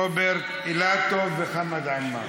רוברט אילטוב וחמד עמאר.